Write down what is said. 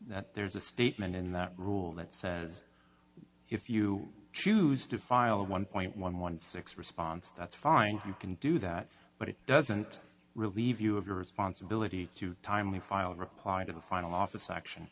that there's a statement in that rule that says if you choose to file a one point one one six response that's fine you can do that but it doesn't relieve you of your responsibility to timely file reply to the final office action